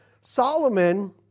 Solomon